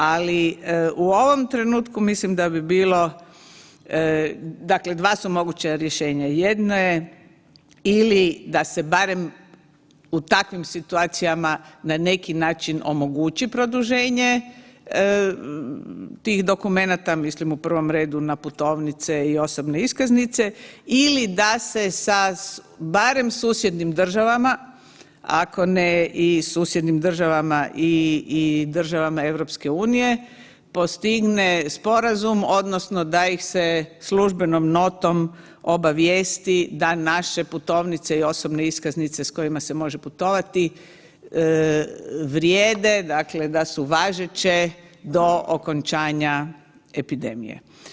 Ali u ovom trenutku mislim da bi bilo, dakle dva su moguća rješenja, jedno je ili da se barem u takvim situacijama na neki način omogući produženje tih dokumenata, mislim u prvom redu na putovnice i osobne iskaznice ili da se sa barem susjednim državama ako ne i susjednim državama i državama EU postigne sporazum odnosno da ih se službenom notom obavijesti da naše putovnice i osobne iskaznice s kojima se može putovati vrijede, dakle, da su važeće do okončanja epidemije.